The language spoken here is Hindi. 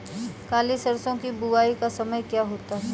काली सरसो की बुवाई का समय क्या होता है?